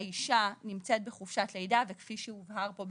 האישה נמצאת בחופשת לידה וכפי שגם הובהר פה,